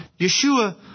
Yeshua